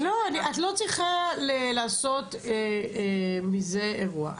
את לא צריכה לעשות מזה אירוע.